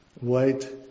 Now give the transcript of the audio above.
white